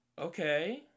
Okay